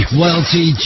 wealthy